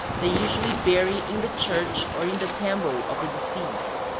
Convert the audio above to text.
they usually bury in the church or in the tambo of the deceased.